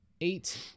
Eight